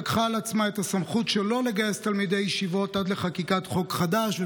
לקחה לעצמה את הסמכות שלא לגייס תלמידי ישיבות עד לחקיקת חוק חדש.